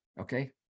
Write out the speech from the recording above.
Okay